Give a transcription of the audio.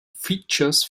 features